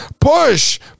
push